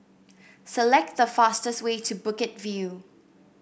select the fastest way to Bukit View